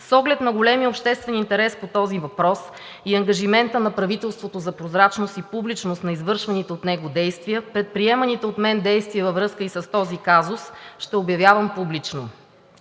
С оглед на големия обществен интерес по този въпрос и ангажимента на правителството за прозрачност и публичност на извършваните от него действия предприеманите от мен действия във връзка и с този казус ще обявявам публично.